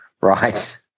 Right